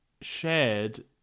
shared